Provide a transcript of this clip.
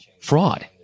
Fraud